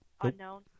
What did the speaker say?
Unknown